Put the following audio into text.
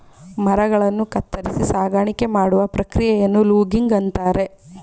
ಮರಗಳನ್ನು ಕತ್ತರಿಸಿ ಸಾಗಾಣಿಕೆ ಮಾಡುವ ಪ್ರಕ್ರಿಯೆಯನ್ನು ಲೂಗಿಂಗ್ ಅಂತರೆ